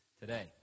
today